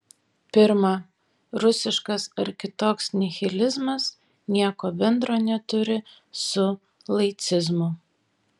pirma rusiškas ar kitoks nihilizmas nieko bendro neturi su laicizmu